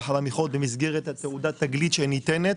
על המכרות במסגרת תעודת התגלית שניתנת,